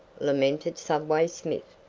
lamented subway smith.